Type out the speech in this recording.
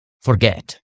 forget